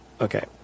Okay